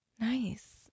Nice